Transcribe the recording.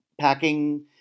packing